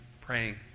praying